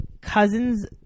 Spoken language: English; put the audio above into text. Cousin's